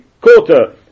quarter